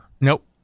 Nope